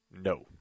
No